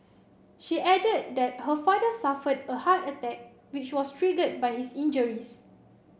she added that her father suffered a heart attack which was triggered by his injuries